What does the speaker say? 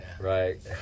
right